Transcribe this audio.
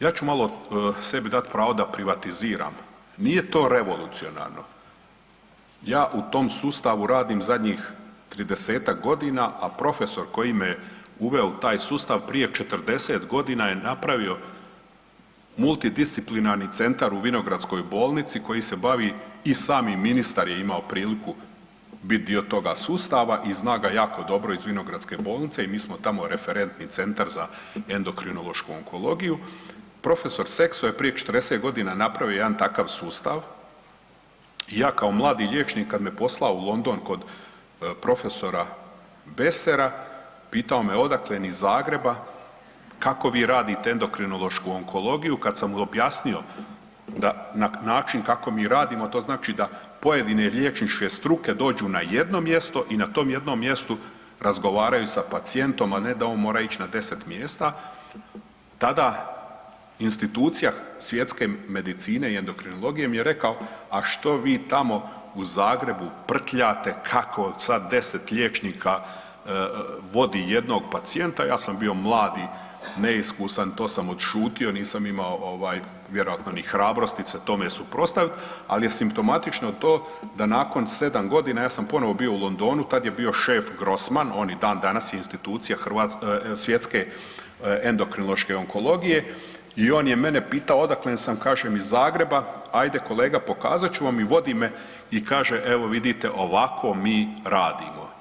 Ja ću malo sebi dati pravo da privatiziram, nije to revolucionarno, ja u tom sustavu radim zadnjih 30-tak godina, a profesor koji me uveo u taj sustav prije 40 godina je napravio multidisciplinarni centar u Vinogradskoj bolnici koji se bavi i sami ministar je imao priliku biti dio toga sustava i zna ga jako dobro iz Vinogradske bolnice i mi smo tamo referentni centar za endokrinološku onkologiju, profesor Sekso je prije 40 godina napravio jedan takav sustav i ja kao mladi liječnik kad me poslao u London kod profesora Besera pitao me odaklen, iz Zagreba, kako vi radite endokrinološku onkologiju, kad sam mu objasnio da na način kako mi radimo to znači da pojedine liječnike struke dođu na jedno mjesto i na tom jednom mjestu razgovaraju sa pacijentom, a ne da on mora ići na 10 mjesta, tada institucija svjetske medicine i endokrinologije mi je rekao, a što vi tamo u Zagrebu prtljate kako sad 10 liječnika vodi jednog pacijenta, ja sam bio mladi, neiskusan to sam odšutio nisam imamo vjerojatno ni hrabrosti se tome suprotstaviti, ali je simptomatično to da nakon 7 godina ja sam ponovo bio u Londonu tada je bio šef Grosman, on i dana danas je institucija svjetske endokrinološke onkologije i on je mene pitao, odaklen sam, kažem iz Zagreba, ajde kolega pokazat ću vam i vodi me i kaže evo vidite ovako mi radimo.